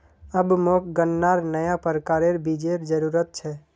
अब मोक गन्नार नया प्रकारेर बीजेर जरूरत छ